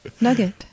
Nugget